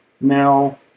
now